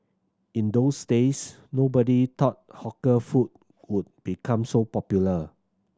in those days nobody thought hawker food would become so popular